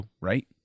right